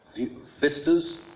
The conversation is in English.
vistas